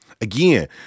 Again